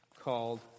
called